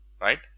right